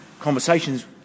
conversations